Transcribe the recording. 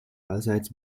allseits